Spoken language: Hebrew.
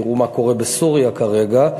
תראו מה קורה בסוריה כרגע.